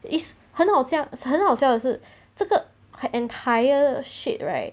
is 很好像很好笑的是这个 I entire shade right